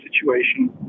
situation